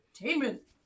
Entertainment